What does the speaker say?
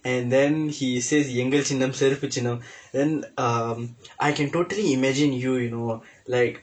and then he says எங்கள் சின்னம் சிறப்பு சின்னம்:engkal sinnam sirappu sinnam then um I can totally imagine you you know like